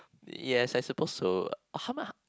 yes I suppose so